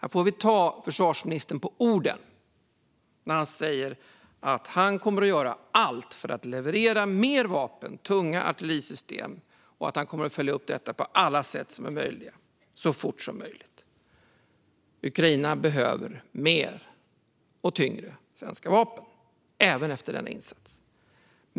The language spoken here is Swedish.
Vi får ta försvarsministern på orden när han säger att han kommer att göra allt för att leverera mer vapen, såsom tunga artillerisystem, och att han kommer att följa upp detta på alla möjliga sätt så fort som möjligt. Ukraina behöver mer och tyngre svenska vapen, även efter denna insats.